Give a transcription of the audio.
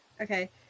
Okay